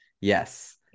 yes